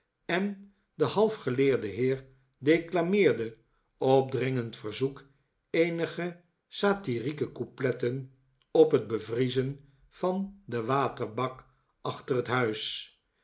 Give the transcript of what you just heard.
en de half geleerde heer declameerde op dringend verzoek eenige satyrieke coupletten op het bevriezen van den waterbak achter het huis